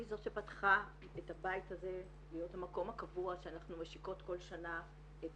היא זאת שפתחה את הבית הזה להיות המקום הקבוע שאנחנו משיקות כל שנה את